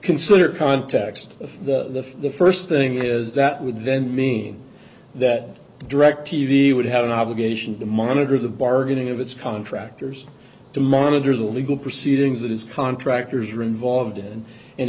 consider context of the the first thing is that would then mean that direct t v would have an obligation to monitor the bargaining of its contractors to monitor the legal proceedings that is contractors are involved and in